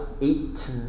eight